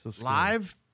Live